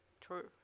true